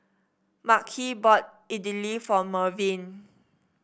Makhi bought Idili for Mervyn